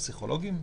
פסיכולוגים?